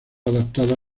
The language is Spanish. adaptada